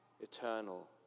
eternal